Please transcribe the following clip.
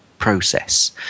Process